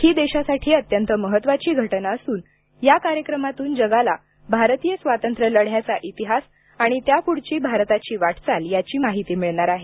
ही देशासाठी अत्यंत महत्त्वाची घटना असून या कार्यक्रमातून जगाला भारतीय स्वातंत्र्यलढ्याचा इतिहास आणि त्यापुढची भारताची वाटचाल याची माहिती मिळणार आहे